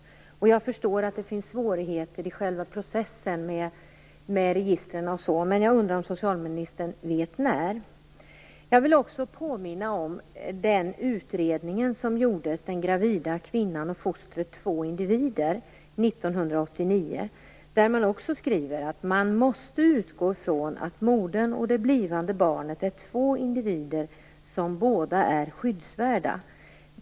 Jag förstår att det finns svårigheter i själva processen med registren och liknande. Men jag undrar om socialministern vet när det kommer att ske. Jag vill också påminna om den utredning som gjordes 1989, Den gravida kvinnan och fostret - två individer. Där skriver man: Man måste också utgå från att modern och det blivande barnet är två individer som båda är skyddsvärda.